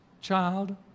child